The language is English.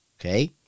okay